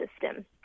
system